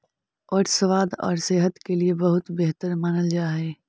oats स्वाद और सेहत के लिए बहुत बेहतर मानल जा हई